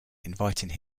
inviting